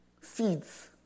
seeds